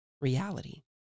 reality